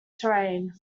terrain